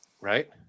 Right